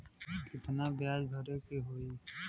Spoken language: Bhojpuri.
कितना ब्याज भरे के होई?